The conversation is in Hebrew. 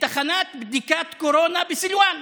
לתחנת בדיקת קורונה בסילואן.